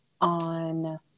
on